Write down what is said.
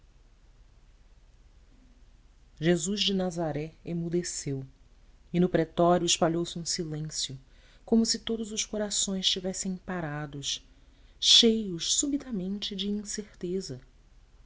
jesus de nazaré emudeceu e no pretório espalhou-se um silêncio como se todos os corações tivessem parado cheios subitamente de incerteza